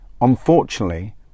unfortunately